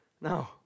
No